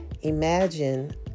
Imagine